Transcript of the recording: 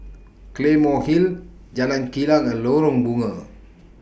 Claymore Hill Jalan Kilang and Lorong Bunga